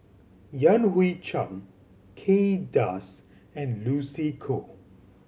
Yan Hui Chang Kay Das and Lucy Koh